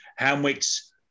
Hamwick's